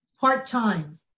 part-time